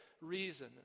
reason